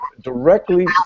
directly